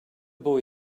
boy